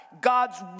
God's